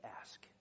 ask